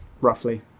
roughly